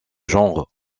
genre